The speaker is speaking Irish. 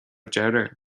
deireadh